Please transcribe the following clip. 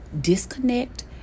disconnect